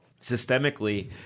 systemically